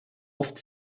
oft